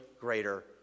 greater